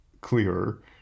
clearer